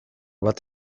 bat